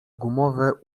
gumowe